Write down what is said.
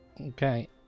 Okay